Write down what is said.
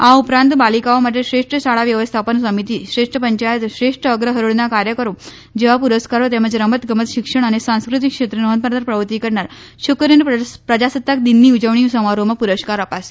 આ ઉપરાંત બાલિકાઓ માટે શ્રેષ્ઠ શાળા વ્યવસ્થાપન સમિતિ શ્રેષ્ઠ પંચાયત શ્રેષ્ઠ અગ્ર હરોળના કાર્યકરો જેવા પુરસ્કારો તેમજ રમત ગમત શિક્ષણ અને સાંસ્કૃતિક ક્ષેત્રે નોંધપાત્ર પ્રવૃત્તિ કરનાર છોકરીઓને પ્રજાસત્તાક દિનની ઉજવણી સમારોહમાં પુરસ્કારો અપાશે